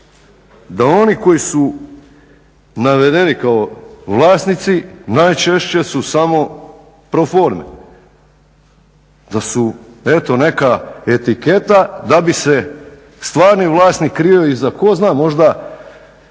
Da oni koji su navedeni kao vlasnici najčešće su samo pro forme, da su eto neka etiketa da bi se stvarni vlasnik krio iza tko zna možda